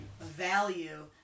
value